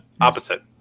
opposite